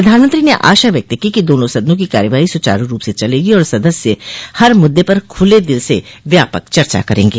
प्रधानमंत्री ने आशा व्यक्त की कि दोनों सदनों की कार्यवाहो सुचारू रूप से चलेगी और सदस्य हर मुद्दे पर खुले दिल से व्यापक चर्चा करेंगे